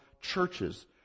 churches